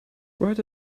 write